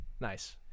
nice